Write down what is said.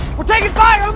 we're taking fire.